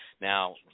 Now